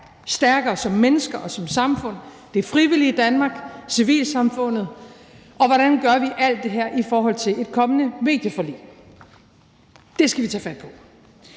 stærkere som mennesker og som samfund – det frivillige Danmark, civilsamfundet? Og hvordan gør vi alt det her i forhold til et kommende medieforlig? Det skal vi tage fat på.